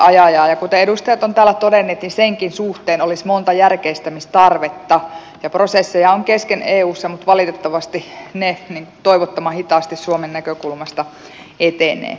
kuten edustajat ovat täällä todenneet senkin suhteen olisi monta järkeistämistarvetta ja prosesseja on kesken eussa mutta valitettavasti ne toivottoman hitaasti suomen näkökulmasta etenevät